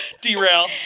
derail